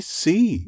see